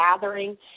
gathering